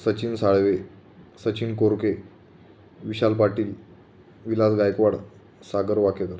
Sachin Salve Sachin Korke Vishal Patil Vilas Gaikwad Sagar Wakekar